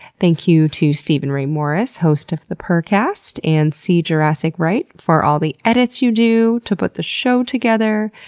thank you to steven ray morris, host of the purrcast and see jurassic right for all the edits you do to put the show together.